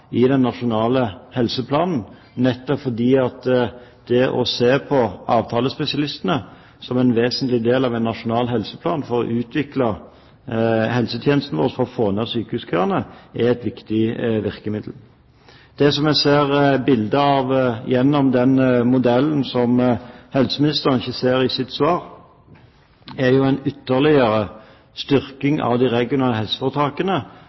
i den nasjonale helseplanen, nettopp fordi det å se på avtalespesialistene som en vesentlig del av en nasjonal helseplan, for å utvikle helsetjenestene våre og for å få ned sykehuskøene, er et viktig virkemiddel. Det som en ser et bilde av gjennom denne modellen som helseministeren ikke ser i sitt svar, er en ytterligere styrking av de regionale helseforetakene